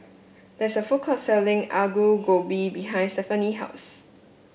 there is a food court selling Aloo Gobi behind Stephanie house